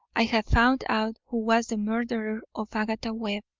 i have found out who was the murderer of agatha webb.